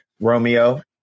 Romeo